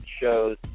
shows